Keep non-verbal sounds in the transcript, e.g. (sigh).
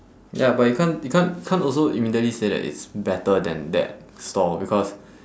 ya but you can't you can't can't also immediately say that it's better than that stall because (breath)